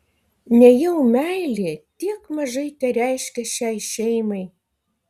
nejau meilė tiek mažai tereiškia šiai šeimai